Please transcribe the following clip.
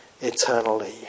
eternally